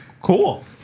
Cool